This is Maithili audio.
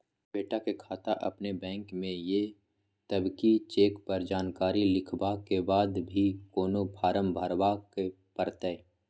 बेटा के खाता अपने बैंक में ये तब की चेक पर जानकारी लिखवा के बाद भी कोनो फारम भरबाक परतै?